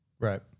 Right